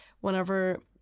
whenever